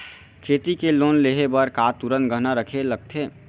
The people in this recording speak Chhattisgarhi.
खेती के लोन लेहे बर का तुरंत गहना रखे लगथे?